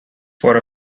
for